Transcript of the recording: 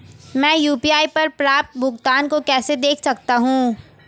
मैं यू.पी.आई पर प्राप्त भुगतान को कैसे देख सकता हूं?